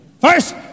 First